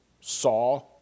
saw